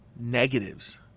negatives